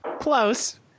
Close